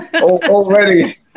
already